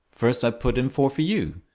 first i put in four for you.